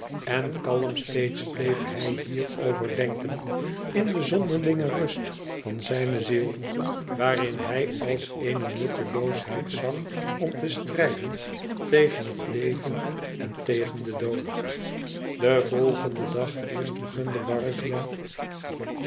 en kalm steeds bleef hij hierover denken in de zonderlinge rust van zijne ziel waarin hij als eene nutteloosheid zag om te strijden tegen het leven en tegen den dood den volgenden dag eerst vergunde